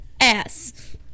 ass